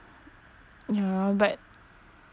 ya but